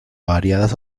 variadas